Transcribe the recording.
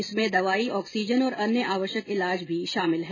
इसमें दवाई ऑक्सीजन और अन्य आवश्यक इलाज भी शामिल हैं